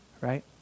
right